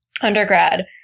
undergrad